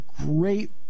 great